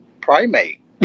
primate